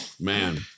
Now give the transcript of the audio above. Man